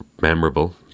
memorable